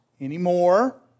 anymore